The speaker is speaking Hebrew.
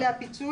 הפיצול,